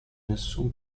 nessun